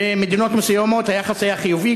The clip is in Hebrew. ובמדינות מסוימות היחס היה חיובי,